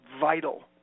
vital